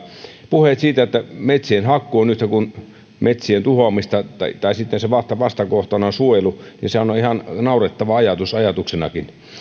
puheet siitä että metsien hakkuu on yhtä kuin metsien tuhoaminen tai tai että sen vastakohtana on suojelu sehän on ihan naurettava ajatus ajatuksenakin